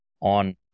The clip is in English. on